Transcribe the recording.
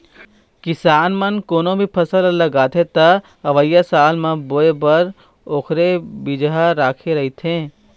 किसान मन कोनो भी फसल ल लगाथे त अवइया साल म बोए बर ओखरे बिजहा राखे रहिथे